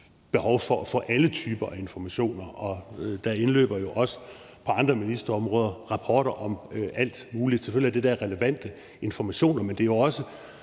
behov for at få alle typer af informationer. Der indløber jo også på andre ministerområder rapporter om alt muligt. Selvfølgelig er det der relevante informationer, men det er jo også